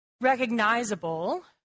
recognizable